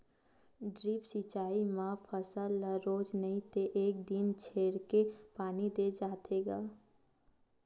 drip सिचई म फसल ल रोज नइ ते एक दिन छोरके पानी दे जाथे ग